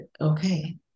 okay